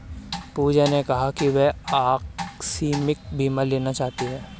पूजा ने कहा कि वह आकस्मिक बीमा लेना चाहती है